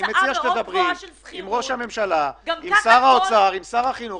אז מה עושה שר האוצר שם?